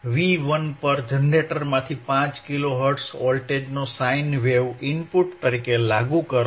V1 પર જનરેટરમાંથી 5 kilohertz વોલ્ટેજનો સાઇન વેવ ઇનપુટ તરીકે લાગુ કરો